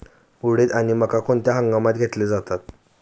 उडीद आणि मका कोणत्या हंगामात घेतले जातात?